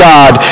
God